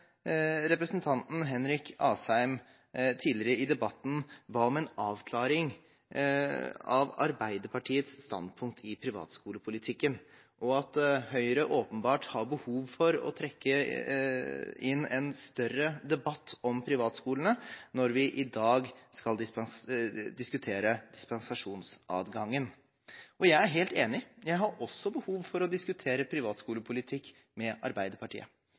representanten Henrik Asheim tidligere i debatten ba om en avklaring med hensyn til Arbeiderpartiets standpunkt i privatskolepolitikken, og at Høyre åpenbart har behov for å trekke inn en større debatt om privatskolene når vi i dag skal diskutere dispensasjonsadgangen. Jeg er helt enig, jeg har også behov for å diskutere privatskolepolitikk med Arbeiderpartiet.